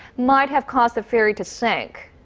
might have caused the ferry to sink?